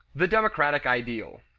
the democratic ideal.